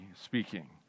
speaking